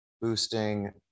boosting